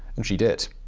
and she did.